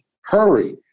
Hurry